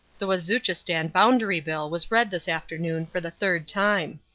the wazuchistan boundary bill was read this afternoon for the third time.